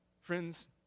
Friends